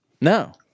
No